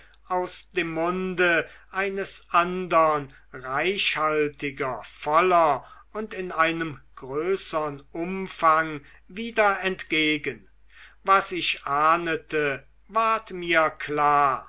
aus dem munde eines andern reichhaltiger voller und in einem größern umfang wieder entgegen was ich ahnete ward mir klar